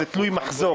זה תלוי מחזור.